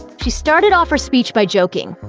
she started off her speech by joking,